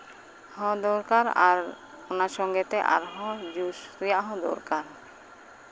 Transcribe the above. ᱦᱚᱸ ᱫᱚᱨᱠᱟᱨ ᱟᱨ ᱚᱱᱟ ᱥᱚᱸᱜᱮᱛᱮ ᱟᱨᱦᱚᱸ ᱡᱳᱥ ᱨᱮᱭᱟᱜ ᱦᱚᱸ ᱫᱚᱨᱠᱟᱨ